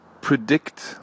predict